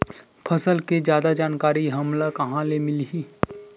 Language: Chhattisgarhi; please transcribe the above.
फसल के जादा जानकारी हमला कहां ले मिलही?